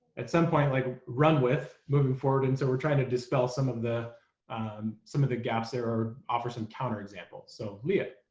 at some point like run with. moving forward and so we're trying to dispel some of the some of the gaps there. offer some counter examples, so leah!